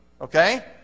Okay